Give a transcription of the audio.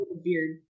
Beard